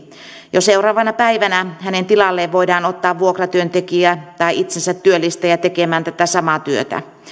jo seuraavana päivänä hänen tilalleen voidaan ottaa vuokratyöntekijä tai itsensätyöllistäjä tekemään tätä samaa työtä